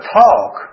talk